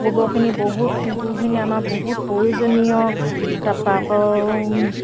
গোবৰখিনি বহুত গুখিনি আমাৰ বহুত প্ৰয়োজনীয় তাৰপৰা আকৌ